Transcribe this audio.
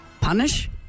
Punish